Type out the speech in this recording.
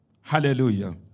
Hallelujah